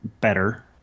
better